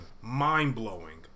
mind-blowing